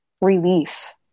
relief